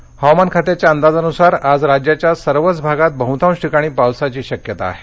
हवामान हवामान खात्याच्या अंदाजानुसार आज राज्याच्या सर्व भागात बहुतांश ठिकाणी पावसाची शक्यता आहे